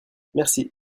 merci